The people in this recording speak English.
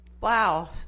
wow